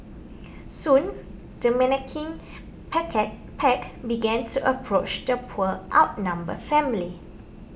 soon the menacing pack began to approach the poor outnumbered family